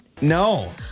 No